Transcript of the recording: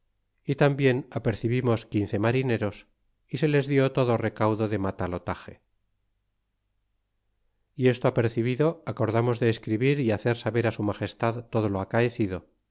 y tambien apercibimos quince marineros y se les di todo recaudo de matalotage y esto apercibido acordamos de escribir y hacer saber su magestad todo lo acaecido